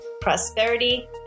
prosperity